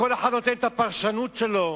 כל אחד נותן את הפרשנות שלו,